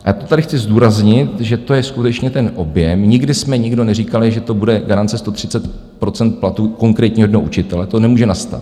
Já to tady chci zdůraznit, že to je skutečně ten objem, nikdy jsme nikdo neříkali, že to bude garance 130 % platu konkrétního jednoho učitele, to nemůže nastat.